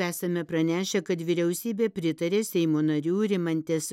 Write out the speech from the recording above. esame pranešę kad vyriausybė pritarė seimo narių rimantės